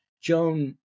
Joan